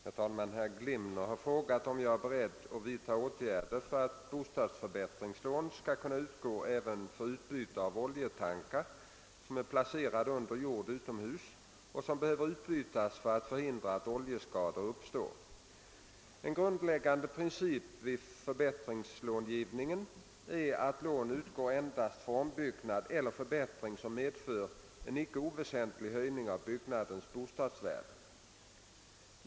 Herr talman! Herr Glimnér har frågat mig om jag är beredd att vidta åt gärder för att bostadsförbättringslån skall kunna utgå även för utbyte av oljetankar som är placerade under jord utomhus och som behöver utbytas för att förhindra att oljeskador uppstår. En grundläggande princip vid förbättringslångivningen är att lån utgår endast för ombyggnad eller förbättring som medför en icke oväsentlig höjning av byggnadens bostadsvärde.